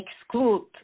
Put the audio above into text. exclude